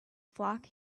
flock